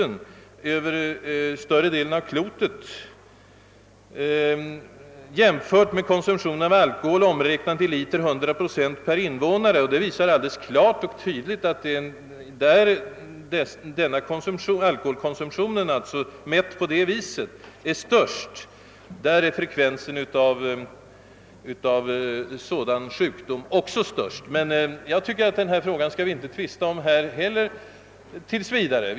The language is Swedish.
Det gäller antalet döda i skrumplever per 100 000 personer jämfört med konsumtionen av alkohol, omräknad i liter 100 procent per invånare. Det framgår av denna sammanställning klart och tydligt att där alkoholkonsumtionen, mätt på detta sätt, är störst och alkoholen sannolikt billigast, är frekvensen av denna sjukdom också vanligast. Andra belägg för detta samband finns också. Jag tycker att vi dock tills vidare inte här skall tvista om denna fråga.